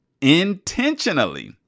intentionally